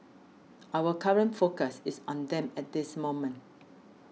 our current focus is on them at this moment